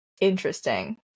interesting